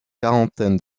quarantaine